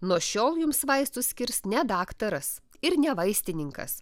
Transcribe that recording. nuo šiol jums vaistus skirs ne daktaras ir ne vaistininkas